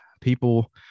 people